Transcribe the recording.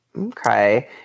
okay